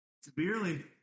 Severely